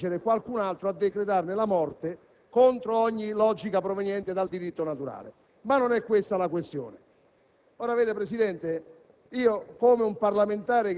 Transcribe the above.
autorità istituzionali per costringere qualcun altro a decretarne la morte, contro ogni logica derivante dal diritto naturale. Ma non è questa la questione.